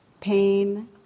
pain